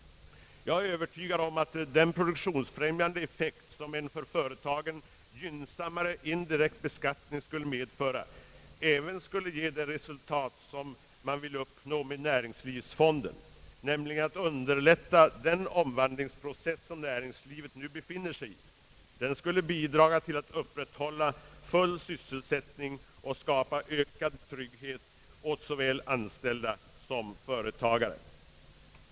Jag är övertygad om att den produk tionsfrämjande effekt som en för företagen gynnsammare indirekt beskattning skulle medföra även skulle ge det resultat som man vill uppnå med näringslivsfonden, nämligen att underlätta den omvandlingsprocess som näringslivet nu befinner sig i. Den skulle bidra till att upprätthålla full sysselsättning och skapa ökad trygghet åt såväl anställda som företagare.